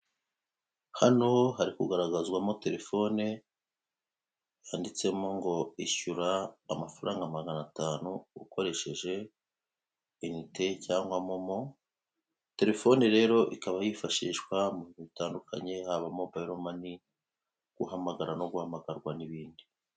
Hano hari kugaragazwamo telefone yanditsemo ngo ishyura amafaranga magana atanu, ukoresheje inite cyangwa momo, telefone rero ikaba yifashishwa mu bintu bitandukanye, haba mobayilo mani, guhamagara no guhamagarwa, n'ibindi.